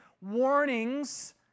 warnings